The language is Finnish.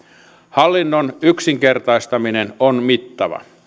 hallinnon yksinkertaistaminen on mittava